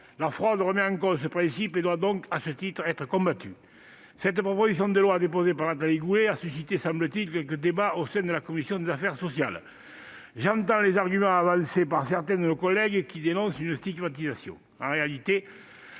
La fraude remet en cause ce principe et doit donc, à ce titre, être combattue. Cette proposition de loi, déposée par Nathalie Goulet, semble avoir suscité quelques débats au sein de la commission des affaires sociales. J'entends les arguments avancés par certains de nos collègues qui dénoncent une stigmatisation.